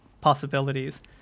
possibilities